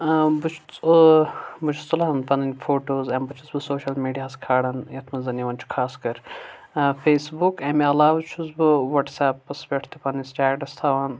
بہٕ چھُ بہٕ چھُس تُلان پنٕںۍ فوٗٹوز امہِ پتہٕ چھُس پتہٕ سوٗشل میٖڈیہس کھالان یتھِ منٛز زن یوان چھُ خاص کر فیس بُک امہِ علاوٕ چھُس بہٕ ؤٹس ایپس پیٹھ تہِ پنیِن سٹیٹس تھاوان